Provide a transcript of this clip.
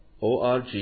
org